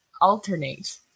alternate